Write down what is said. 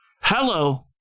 Hello